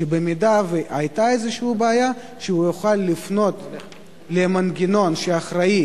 שבמידה שהיתה איזו בעיה הוא יוכל לפנות למנגנון שאחראי